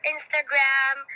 Instagram